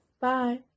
Bye